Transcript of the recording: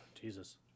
Jesus